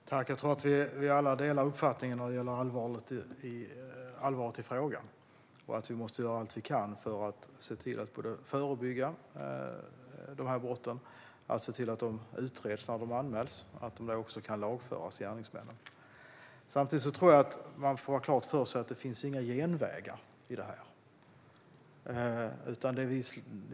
Fru talman! Jag tror att vi alla delar uppfattningen om allvaret i frågan och om att vi måste göra allt vi kan för att se till att förebygga dessa brott, se till att de utreds när de anmäls och se till att gärningsmännen kan lagföras. Samtidigt tror jag att man får ha klart för sig att det inte finns några genvägar i fråga om detta.